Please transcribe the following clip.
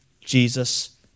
Jesus